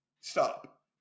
stop